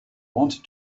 wanted